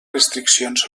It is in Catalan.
restriccions